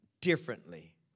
differently